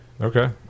Okay